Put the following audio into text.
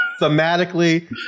Thematically